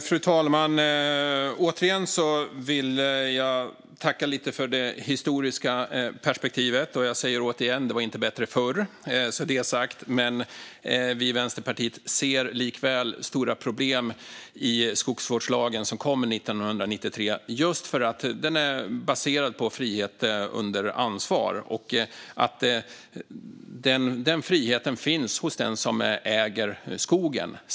Fru talman! Jag vill återigen tacka för det historiska perspektivet, och jag säger återigen att det inte var bättre förr, så är det sagt. Men vi i Vänsterpartiet ser likväl stora problem i skogsvårdslagen, som ändrades 1993, just för att den är baserad på frihet under ansvar. Den friheten finns hos den som äger skogen.